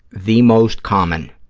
the most common,